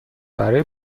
برای